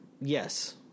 Yes